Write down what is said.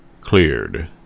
cleared